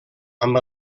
amb